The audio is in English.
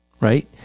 Right